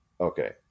okay